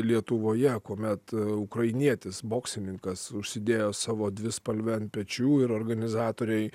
lietuvoje kuomet ukrainietis boksininkas užsidėjo savo dvispalvę ant pečių ir organizatoriai